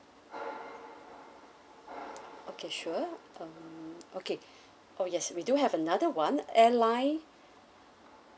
okay sure um okay oh yes we do have another one airline